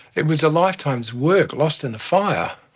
it was a lifetime's work lost in the fire.